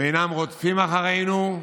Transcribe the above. ולא רודפים אחרינו,